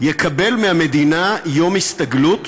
יקבל מהמדינה יום הסתגלות,